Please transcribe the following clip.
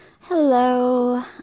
Hello